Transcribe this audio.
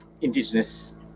indigenous